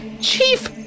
Chief